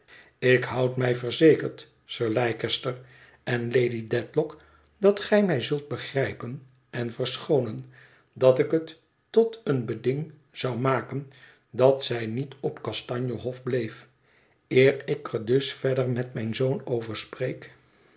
ik houd mij verzekerd sir leicester en lady dedlock dat gij mij zult begrijpenen verschoonen dat ik het tot een beding zou maken dat zij niet op kastanje hof bleef eer ik er dus verder met mijn zoon over spreek